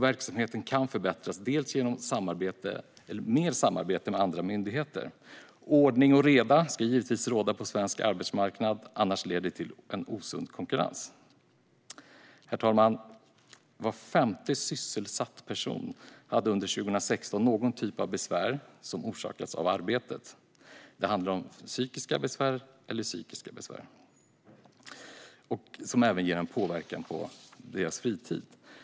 Verksamheten kan förbättras, bland annat genom mer samarbete med andra myndigheter. Ordning och reda ska givetvis råda på svensk arbetsmarknad, annars leder det till en osund konkurrens. Herr talman! Var femte sysselsatt person hade under 2016 någon typ av besvär som orsakats av arbetet - det handlar om fysiska eller psykiska besvär - som även ger en påverkan på deras fritid.